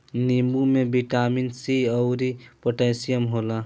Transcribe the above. नींबू में vitamin C अउरी पोटैशियम होला